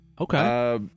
okay